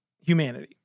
humanity